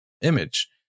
image